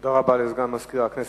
תודה רבה לסגן מזכירת הכנסת.